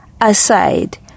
aside